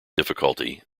difficulty